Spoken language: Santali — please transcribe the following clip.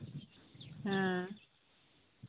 ᱦᱮᱸ